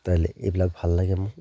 তাইলৈ এইবিলাক ভাল লাগে মোক